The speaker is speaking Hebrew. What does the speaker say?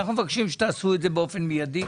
אנחנו מבקשים שתעשו את זה באופן מיידי.